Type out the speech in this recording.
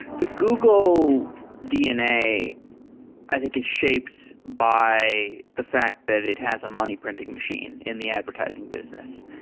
the google dna i think is shaped by the fact that it has a money printing machine in the advertising business.